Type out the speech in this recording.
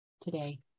today